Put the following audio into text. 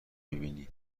میبینی